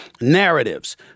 narratives